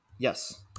Yes